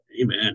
Amen